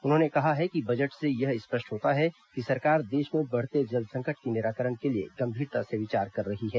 उन्होंने कहा है कि बजट से यह स्पष्ट होता है कि सरकार देश में बढ़ते जलसंकट के निराकरण के लिए गंभीरता से विचार कर रही है